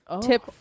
tip